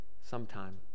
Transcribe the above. sometime